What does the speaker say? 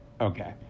Okay